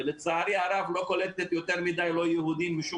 שלצערי הרב לא קולטת יותר מדי לא יהודים משום